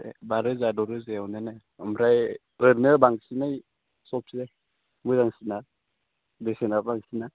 ए बा रोजा द' रोजायावनो ने ओमफ्राय ओरैनो बांसिनै सबसे मोजांसिना बेसेना बांसिना